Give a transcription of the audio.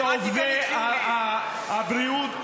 להפוך את עובדי הבריאות,